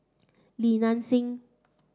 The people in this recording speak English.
Li Nanxing